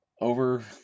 Over